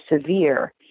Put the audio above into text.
severe